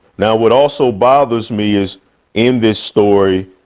now what also bothers me is in this story,